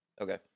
Okay